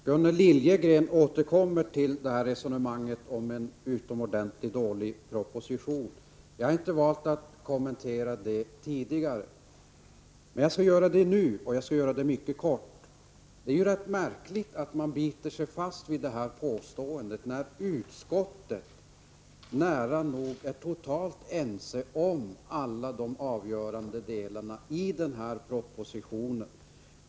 Herr talman! Gunnel Liljegren återkommer till resonemanget om en utomordentligt dålig proposition. Jag har inte tidigare valt att kommentera detta. Men jag skall göra det nu och jag skall göra det mycket kort. Det är rätt märkligt att man biter sig fast vid detta påstående, fastän utskottet är nära nog totalt ense om alla avgörande delar av denna proposition.